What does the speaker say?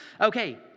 Okay